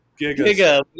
giga